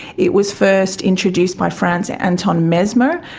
it was first introduced by franz anton mesmer,